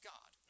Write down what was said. God